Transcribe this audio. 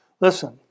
listen